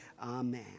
Amen